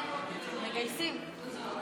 יש לי את הזכות להיות איתך, אתה שם לב,